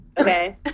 okay